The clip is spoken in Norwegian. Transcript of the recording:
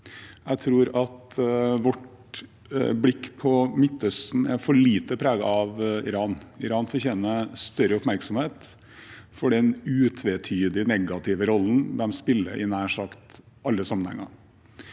Jeg tror vårt blikk på Midtøsten er for lite preget av Iran. Iran fortjener større oppmerksomhet for den utvetydig negative rollen de spiller i nær sagt alle sammenhenger.